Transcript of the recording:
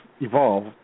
evolve